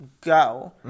go